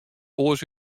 oars